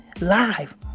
live